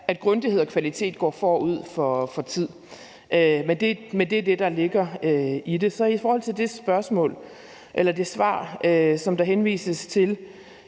at grundighed og kvalitet går forud for tid her. Men det er det, der ligger i det. Så i forhold til det svar, som der henvises til